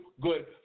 good